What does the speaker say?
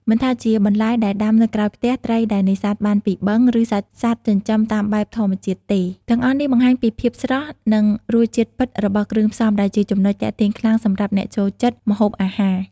មិនថាជាបន្លែដែលដាំនៅក្រោយផ្ទះ ត្រីដែលនេសាទបានពីបឹង ឬសាច់សត្វចិញ្ចឹមតាមបែបធម្មជាតិទេ ទាំងអស់នេះបង្ហាញពីភាពស្រស់ និងរសជាតិពិតរបស់គ្រឿងផ្សំ ដែលជាចំណុចទាក់ទាញខ្លាំងសម្រាប់អ្នកចូលចិត្តម្ហូបអាហារ។